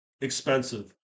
expensive